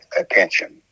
attention